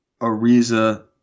Ariza